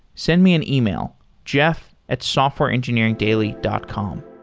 send me an ah e-mail jeff at software engineeringdaily dot com